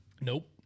Nope